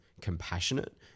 compassionate